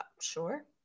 Sure